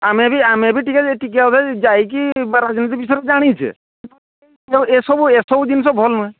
ଆମେ ବି ଆମେ ବି ଟିକେ ଟିକେ ଅଧେ ଯାଇକି ରାଜନୀତି ବିଷୟରେ ଜାଣିଛେ ଏସବୁ ଏସବୁ ଜିନିଷ ଭଲ ନୁହେଁ